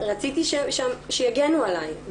רציתי שיגנו עליי.